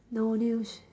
no news